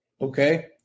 Okay